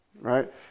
Right